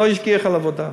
לא ישגיח על העבודה.